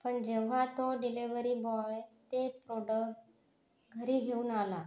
पण जेव्हा तो डिलेवरी बॉय ते प्रोडक घरी घेऊन आला